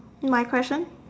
my question